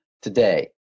today